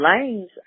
Lane's